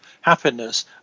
happiness